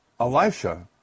Elisha